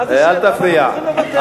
מה זה, למה אנחנו צריכים לוותר?